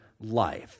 Life